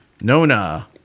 Nona